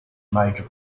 major